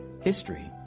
history